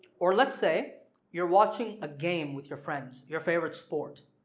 or let's say you're watching a game with your friends your favorite sport